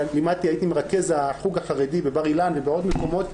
הייתי מרכז החוג החרדי בבר אילן ובעוד מקומות,